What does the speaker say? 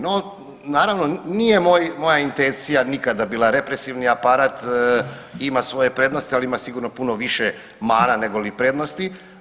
No, naravno, nije moja intencija nikada bila, represivni aparat ima svoje prednosti, ali ima sigurno puno više mana nego li prednosti.